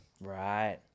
right